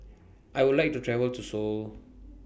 I Would like to travel to Seoul